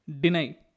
deny